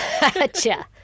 Gotcha